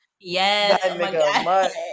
Yes